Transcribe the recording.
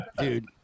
Dude